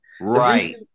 Right